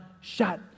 shot